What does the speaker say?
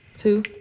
Two